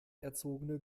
erzogene